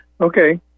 Okay